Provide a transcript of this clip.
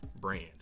Brand